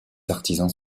artisans